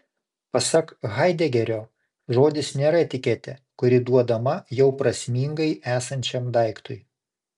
pasak haidegerio žodis nėra etiketė kuri duodama jau prasmingai esančiam daiktui